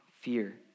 fear